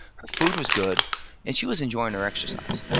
her food was good and she was enjoying her exercise.